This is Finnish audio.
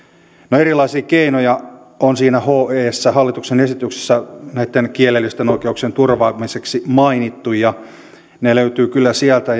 no erilaisia keinoja on siinä hessä hallituksen esityksessä näitten kielellisten oikeuksien turvaamiseksi mainittu ja ne löytyvät kyllä sieltä